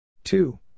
Two